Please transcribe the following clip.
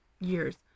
years